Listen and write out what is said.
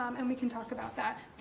um and we can talk about that.